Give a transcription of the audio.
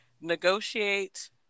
negotiate